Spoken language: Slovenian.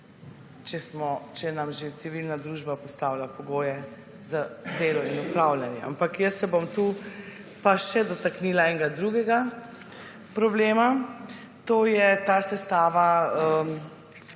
če nam že civilna družba postavlja pogoje za delo in upravljanje. Ampak jaz se bom tu pa še dotaknila enega drugega problema. To je ta sestava svetov